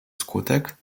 skutek